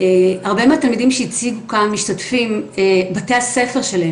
הרבה מהתלמידים שהציגו כאן משתתפים בתי הספר שלהם